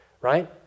right